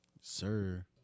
Sir